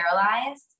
paralyzed